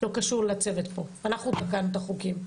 לא קשור לצוות פה אנחנו תקענו את החוקים.